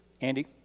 Andy